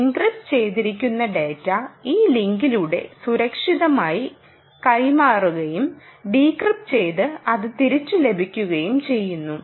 encrypt ചെയ്തിരിക്കുന്ന data ഈ ലിങ്കിലൂടെ സുരക്ഷിതമായി കൈമാറുകയും ഡീക്രിപ്റ്റ് ചെയ്ത് അത് തിരിച്ചു ലഭിക്കുകയും ചെയ്യുന്നു